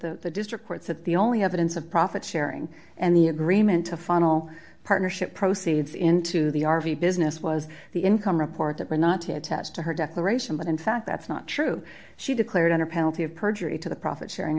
that the district courts that the only evidence of profit sharing and the agreement to funnel partnership proceeds into the r v business was the income report that were not to attest to her declaration but in fact that's not true she declared under penalty of perjury to the profit sharing